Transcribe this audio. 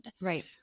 Right